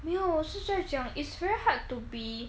没有我是在讲 it's very hard to be